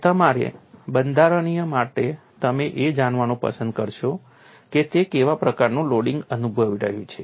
અને તમારા બંધારણ માટે તમે એ જાણવાનું પસંદ કરશો કે તે કેવા પ્રકારનું લોડિંગ અનુભવી રહ્યું છે